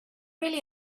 really